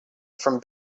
from